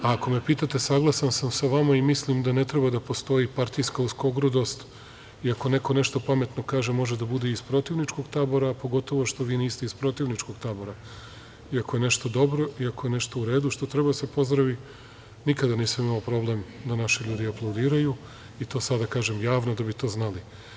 A ako me pitate, saglasan sam sa vama i mislim da ne treba da postoji partijska uskogrudost i ako neko nešto pametno kaže, može da bude iz protivničkog tabora, a pogotovo što vi niste iz protivničkog tabora, i ako je nešto dobro i ako je nešto u redu, što treba da se pozdravi, nikada nisam imao problem da naši ljudi aplaudiraju i to sada kažem javno da bi to znali.